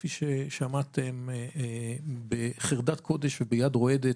כפי ששמעתם, בחרדת קודש וביד רועדת.